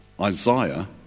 Isaiah